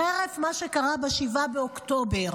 חרף מה שקרה ב-7 באוקטובר,